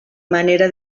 manera